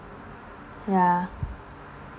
ya